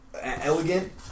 elegant